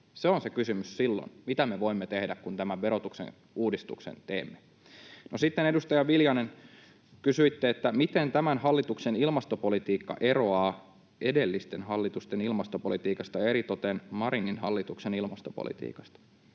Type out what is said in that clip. Se on se kysymys silloin, mitä me voimme tehdä, kun tämän verotuksen uudistuksen teemme. No sitten, edustaja Viljanen, kysyitte, miten tämän hallituksen ilmastopolitiikka eroaa edellisten hallitusten ilmastopolitiikasta ja eritoten Marinin hallituksen ilmastopolitiikasta.